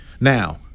Now